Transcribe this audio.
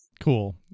Cool